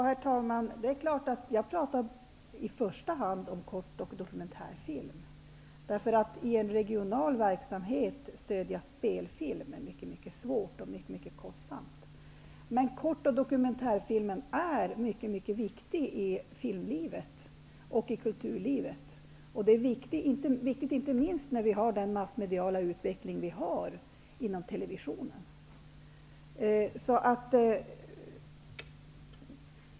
Herr talman! Jag pratar i första hand om kort och dokumentärfilmer. Att stödja produktion av spelfilm regionalt är mycket svårt och kostsamt. Kort och dokumentärfilmer är mycket viktiga i filmlivet och kulturlivet. De är viktiga, inte minst med den massmediala utvecklingen inom televisionen.